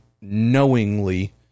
knowingly